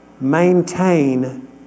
maintain